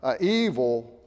evil